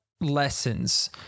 lessons